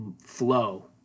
flow